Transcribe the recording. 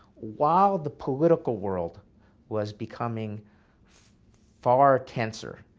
while the political world was becoming far tenser.